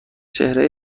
چهره